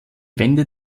wände